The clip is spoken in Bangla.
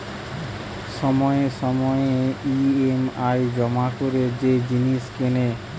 সময়ে সময়ে ই.এম.আই জমা করে যে জিনিস কেনে